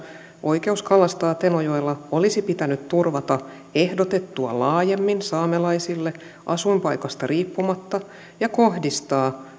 oikeus kalastaa tenojoella olisi pitänyt turvata ehdotettua laajemmin saamelaisille asuinpaikasta riippumatta ja kohdistaa